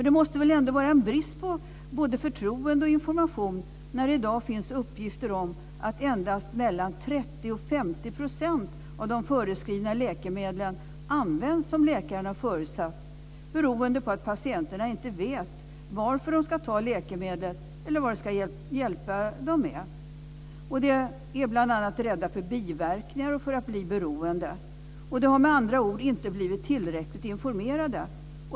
Det måste väl ändå vara en brist på både förtroende och information när det i dag finns uppgifter om att endast mellan 30 och 50 % av de förskrivna läkemedlen används som läkaren har förutsatt beroende på att patienterna inte vet varför de ska ta läkemedlet eller vad det ska hjälpa dem med. De är bl.a. rädda för biverkningar och för att bli beroende. De har med andra ord inte blivit tillräckligt informerade.